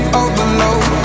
overload